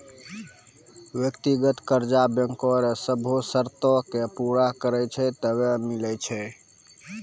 व्यक्तिगत कर्जा बैंको रो सभ्भे सरतो के पूरा करै छै तबै मिलै छै